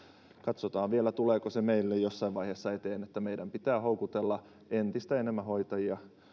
katsotaan vielä tuleeko meille jossain vaiheessa eteen se että meidän pitää houkutella entistä enemmän hoitajia